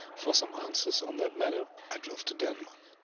for some answers on that matter, i drove to denmark.